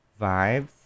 vibes